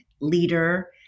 leader